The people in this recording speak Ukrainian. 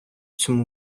цьому